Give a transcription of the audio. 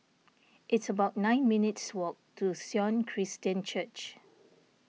it's about nine minutes' walk to Sion Christian Church